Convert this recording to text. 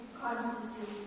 constancy